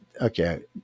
okay